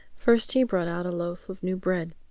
first he brought out a loaf of new bread.